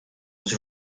was